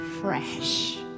fresh